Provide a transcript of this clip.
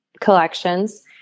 collections